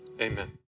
amen